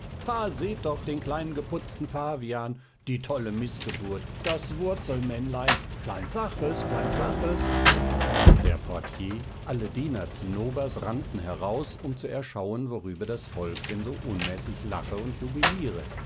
seht doch den kleinen geputzten pavian die tolle mißgeburt das wurzelmännlein klein zaches klein zaches der portier alle diener zinnobers rannten heraus um zu erschauen worüber das volk denn so unmäßig lache und jubiliere